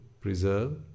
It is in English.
preserve